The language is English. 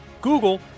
Google